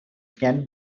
can